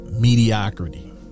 Mediocrity